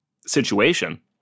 situation